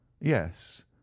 yes